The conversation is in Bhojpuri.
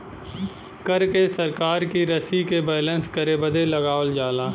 कर के सरकार की रशी के बैलेन्स करे बदे लगावल जाला